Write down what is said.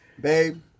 babe